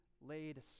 laid